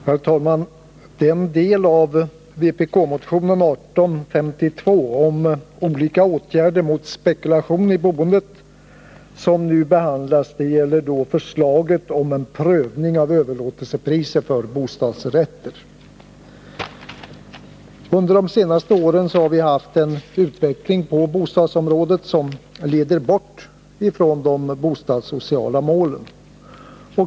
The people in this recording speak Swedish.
Herr talman! Den del av vpk-motionen 1852 om olika åtgärder mot spekulation i boendet som nu behandlas gäller förslaget om en prövning av överlåtelsepriserna för bostadsrätter. Under de senaste åren har vi haft en utveckling på bostadsområdet som leder bort från de bostadssociala målen.